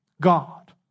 God